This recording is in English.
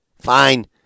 fine